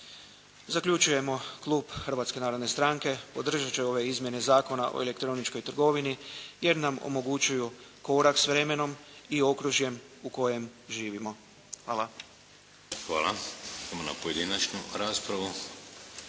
Zaključujemo Klub Hrvatske narodne stranke, podržati će ove izmjene Zakona o elektroničkoj trgovini jer nam omogućuju korak s vremenom i okružjem u kojem živimo. Hvala. **Šeks, Vladimir